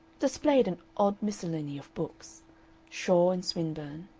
displayed an odd miscellany of books shaw and swinburne,